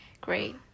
great